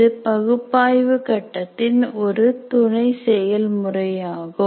இது பகுப்பாய்வு கட்டத்தின் ஒரு துணை செயல்முறையாகும்